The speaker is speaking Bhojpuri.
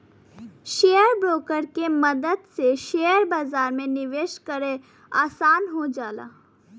शेयर ब्रोकर के मदद से शेयर बाजार में निवेश करे आसान हो जाला